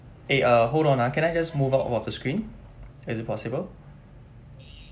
eh uh hold on ah can I just move out of the screen is it possible